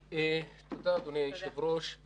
אדוני היושב ראש,